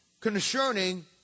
concerning